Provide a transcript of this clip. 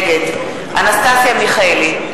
נגד אנסטסיה מיכאלי,